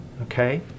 okay